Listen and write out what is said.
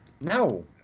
No